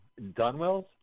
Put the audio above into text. Dunwells